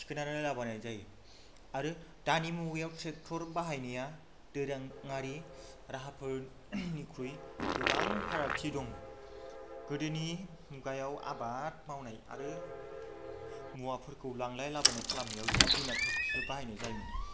थिखांनानै लाबोनाय जायो आरो दानि मुगायाव ट्रेक्ट'र बाहायनाया दोरोंआरि राहाफोरनिख्रुय गोबां फारागथि दं गोदोनि मुगायाव आबाद मावनाय आरो मुवाफोरखौ लांलाय लाबोलाय खालामनायाव जिब जुनारफोरखौसो बाहायनाय जायोमोन